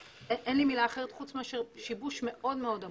אין לי מילה אחרת מלבד שיבוש מאוד מאוד עמוק.